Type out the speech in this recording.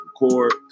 record